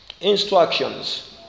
Instructions